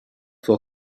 full